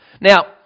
Now